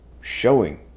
showing